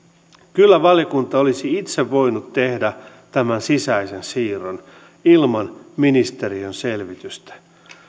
kyllä valiokunta olisi itse voinut tehdä tämän sisäisen siirron ilman ministeriön selvitystä